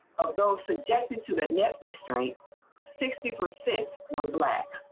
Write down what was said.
um so subjected to that net restraint sixty percent were black.